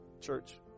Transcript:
church